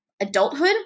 adulthood